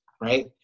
right